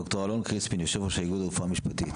ד"ר אלון קריספין, יושב ראש האיגוד לרפואה משפטית.